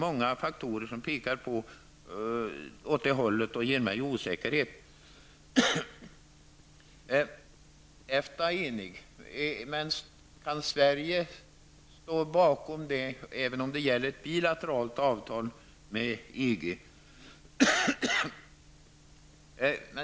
Många faktorer pekar åt det hållet, och det inger mig osäkerhet. Inom EFTA är man enig, men kan Sverige ställa sig bakom detta, även om det gäller ett bilateralt avtal med EG?